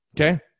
okay